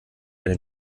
eine